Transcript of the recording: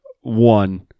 One